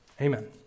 amen